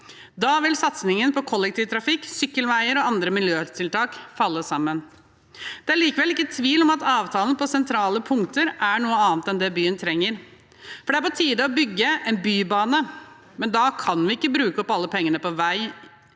Da vil satsingen på kollektivtrafikk, sykkelveier og andre miljøtiltak falle sammen. Det er likevel ikke tvil om at avtalen på sentrale punkter er noe annet enn det byen trenger. Det er på tide å bygge en bybane, men da kan vi ikke bruke opp alle pengene på vei